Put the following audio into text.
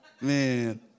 Man